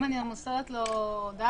אם אני מוסרת לו דף.